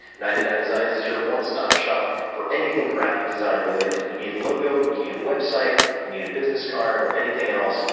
ninety nine designs is your one stop shop for anything graphic design related. you need a logo, you need a website, you need a business card or anything else,